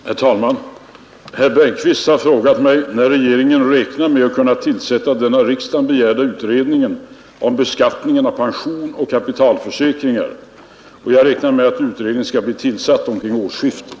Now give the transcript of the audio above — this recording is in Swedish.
Herr talman! Herr Bergqvist har frågat mig när regeringen räknar med att kunna tillsätta den av riksdagen begärda utredningen om beskattningen av pensionsoch kapitalförsäkringar. Jag räknar med att utredningen skall bli tillsatt omkring årsskiftet.